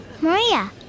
Maria